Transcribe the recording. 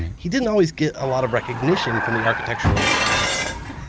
he didn't always get a lot of recognition from the architectural establishment